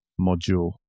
module